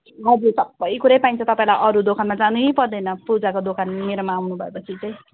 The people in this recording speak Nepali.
हजुर सबै कुरै पाइन्छ तपाईँलाई अरू दोकानमा जानै पर्दैन पूजाको दोकान मेरोमा आउनु भएपछि चाहिँ